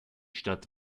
stadt